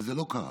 וזה לא קרה.